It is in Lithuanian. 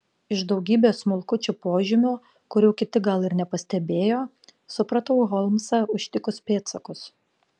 iš daugybės smulkučių požymių kurių kiti gal ir nepastebėjo supratau holmsą užtikus pėdsakus